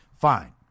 Fine